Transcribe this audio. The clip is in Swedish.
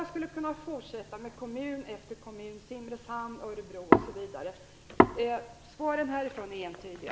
Jag skulle kunna fortsätta med kommun efter kommun, Simrishamn, Örebro, osv. Svaren härifrån är entydiga.